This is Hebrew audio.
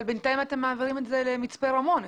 אבל בינתיים אתם מעבירים את מגידו למצפה רמון.